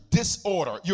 disorder